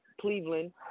Cleveland